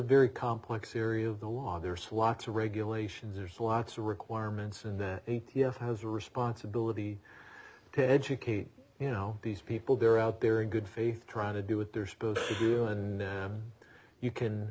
very complex area of the law there's lots of regulations there's lots of requirements and that a t f has a responsibility to educate you now these people they're out there in good faith trying to do what they're supposed to do and you can